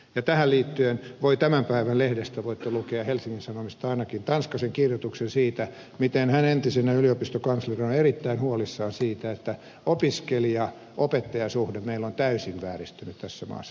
tähän liittyen voitte tämän päivän hufvudstadsbladetista lukea ainakin tanskasen kirjoituksen siitä miten hän entisenä yliopiston kanslerina on erittäin huolissaan siitä että opiskelijaopettaja suhde meillä on täysin vääristynyt tässä maassa